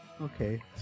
okay